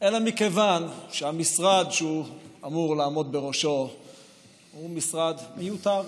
אלא מכיוון שהמשרד שהוא אמור לעמוד בראשו הוא משרד מיותר.